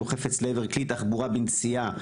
חפץ לעבר כלי תחבורה בנסיעה,